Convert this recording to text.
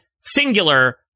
singular